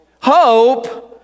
Hope